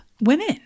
women